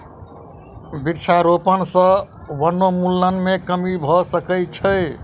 वृक्षारोपण सॅ वनोन्मूलन मे कमी भ सकै छै